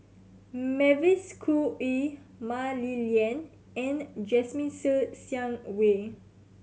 Mavis Khoo Oei Mah Li Lian and Jasmine Ser Xiang Wei